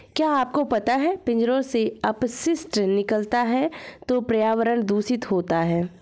क्या आपको पता है पिंजरों से अपशिष्ट निकलता है तो पर्यावरण दूषित होता है?